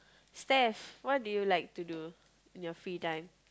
Steph what do you like to do in your free time